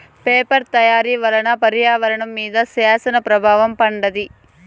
paper తయారీ వల్ల పర్యావరణం మీద శ్యాన ప్రభావం పడింది